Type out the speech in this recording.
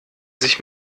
sich